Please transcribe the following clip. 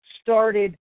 started